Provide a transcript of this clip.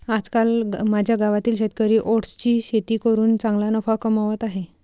आजकाल माझ्या गावातील शेतकरी ओट्सची शेती करून चांगला नफा कमावत आहेत